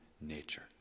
nature